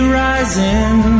rising